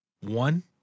One